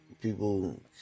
People